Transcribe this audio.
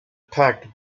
packed